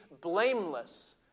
blameless